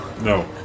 No